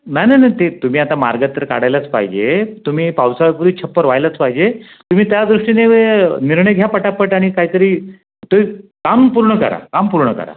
नाही नाही नाही ते तुम्ही आता मार्ग तर काढायलाच पाहिजे तुम्ही पावसाळ्यापूर्वी छप्पर व्हायलाच पाहिजे तुम्ही त्या दृष्टीने निर्णय घ्या पटापट आणि काहीतरी ट्रीप काम पूर्ण करा काम पूर्ण करा